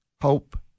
hope